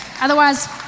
Otherwise